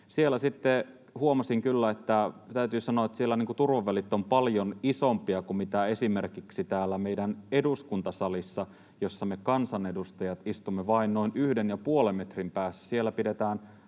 sanoa, että siellä turvavälit ovat paljon isompia kuin esimerkiksi täällä meidän eduskuntasalissa, jossa me kansanedustajat istumme vain noin yhden ja